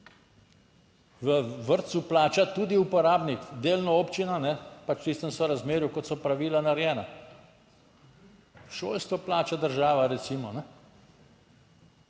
v vrtcu plača tudi uporabnik, delno občina, pač v tistem sorazmerju, kot so pravila narejena, šolstvo plača država, recimo.